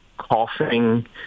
coughing